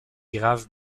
graves